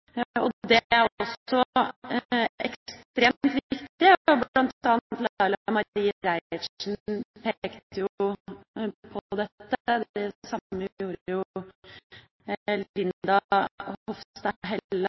Det er også ekstremt viktig. Blant andre Laila Marie Reiertsen pekte på dette, og det samme gjorde